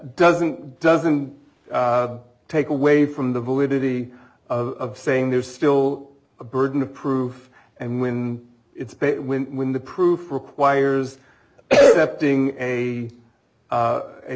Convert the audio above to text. doesn't doesn't take away from the validity of saying there's still a burden of proof and when it's when the proof requires that being a